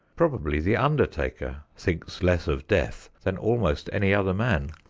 probably the undertaker thinks less of death than almost any other man.